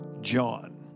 John